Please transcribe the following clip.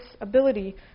ability